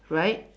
right